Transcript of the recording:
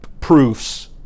proofs